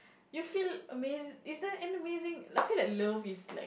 you feel amazing is there an amazing I feel love is like